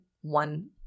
one